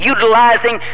Utilizing